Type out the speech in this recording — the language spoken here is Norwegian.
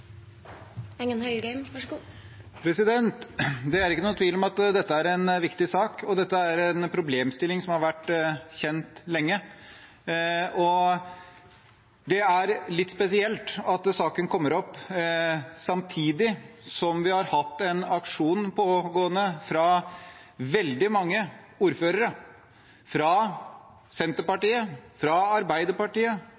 ikke noe tvil om at dette er en viktig sak og en problemstilling som har vært kjent lenge. Det er litt spesielt at saken kommer opp samtidig som vi har hatt en aksjon pågående fra veldig mange ordførere – fra